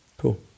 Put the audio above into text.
Cool